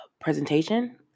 presentation